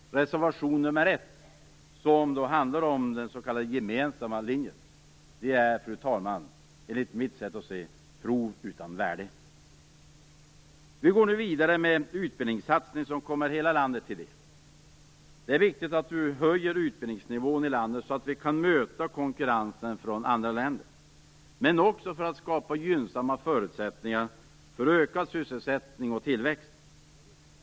Reservation 1 som handlar om den s.k. gemensamma linjen är, enligt mitt sätt att se, prov utan värde. Vi går nu vidare med en utbildningssatsning som kommer hela landet till del. Det är viktigt att vi höjer utbildningsnivån i landet, så att vi kan möta konkurrensen från andra länder men också för att kunna skapa gynnsamma förutsättningar för ökad sysselsättning och tillväxt.